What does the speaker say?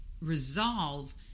resolve